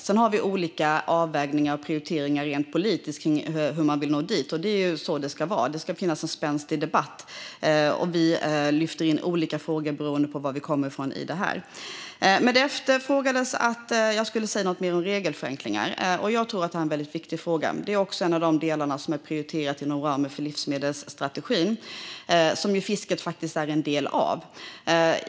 Sedan har vi olika avvägningar och prioriteringar rent politiskt kring hur man vill nå dit, och det är så det ska vara. Det ska finnas en spänstig debatt, och vi ska lyfta in olika frågor beroende på vilket håll vi kommer ifrån. Det efterfrågades att jag skulle säga något mer om regelförenklingar. Jag tror att det är en väldigt viktig fråga, och det är en av de delar som är prioriterade inom ramen för livsmedelsstrategin - som ju fisket faktiskt är en del av.